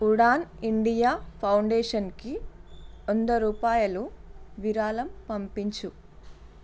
Udaan India ఫౌండేషన్కి వంద రూపాయలు విరాళం పంపించు